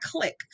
click